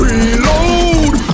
Reload